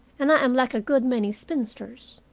and i am like a good many spinsters.